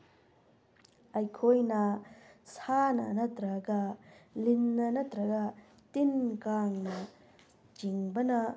ꯑꯩꯈꯣꯏꯅ ꯁꯥꯅ ꯅꯠꯇ꯭ꯔꯒ ꯂꯤꯟꯅ ꯅꯠꯇ꯭ꯔꯒ ꯇꯤꯟ ꯀꯥꯡꯅ ꯆꯤꯡꯕꯅ